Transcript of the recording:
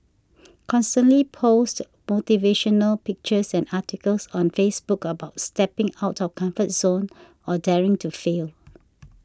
constantly post motivational pictures and articles on Facebook about stepping out of comfort zone or daring to fail